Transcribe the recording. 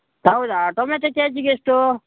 ಹೌದಾ tomato K ಜಿಗೆ ಎಷ್ಟು